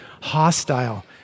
hostile